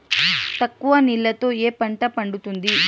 తక్కువ నీళ్లతో ఏ పంట పండుతుంది?